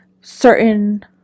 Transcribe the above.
certain